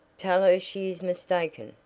tell her she is mistaken!